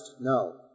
No